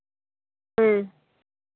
ᱦᱮᱸ